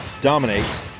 dominate